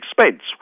expense